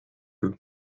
eux